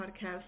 podcast